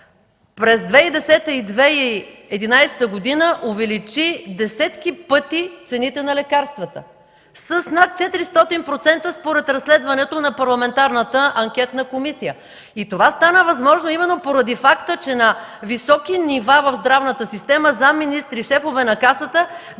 през 2010 и 2011 г. увеличи десетки пъти цените на лекарствата – с над 400% според разследването на парламентарната анкетна комисия. Това стана възможно именно поради факта, че на високи нива в здравната система – заместник-министри, шефове на Касата, бяха